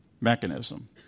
mechanism